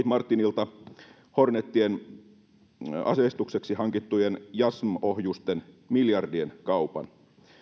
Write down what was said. martinilta hornetien aseistukseksi hankittujen jassm ohjusten miljardien kaupan